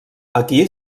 aquí